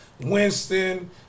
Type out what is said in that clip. Winston